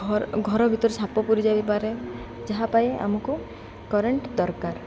ଘ ଘର ଭିତରେ ସାପ ପୁରି ଯାଇ ପାରେ ଯାହା ପାଇଁ ଆମକୁ କରେଣ୍ଟ୍ ଦରକାର